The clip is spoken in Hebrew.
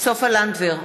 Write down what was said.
סופה לנדבר,